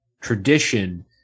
tradition